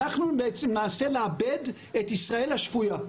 אנחנו נאבד את ישראל השפויה.